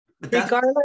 regardless